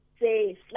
say